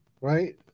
Right